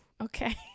Okay